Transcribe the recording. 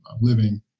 living